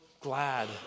glad